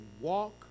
walk